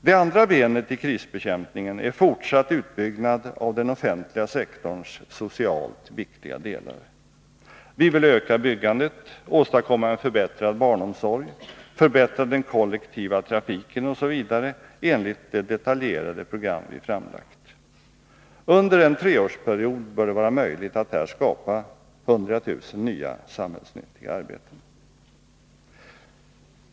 Det andra benet i krisbekämpningen är fortsatt utbyggnad av den offentliga sektorns socialt viktiga delar. Vi vill öka byggandet, åstadkomma en förbättrad barnomsorg, förbättra den kollektiva trafiken osv. enligt det detaljerade program vi framlagt. Under en treårsperiod bör det vara möjligt att här skapa 100 000 nya samhällsnyttiga arbeten.